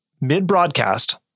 mid-broadcast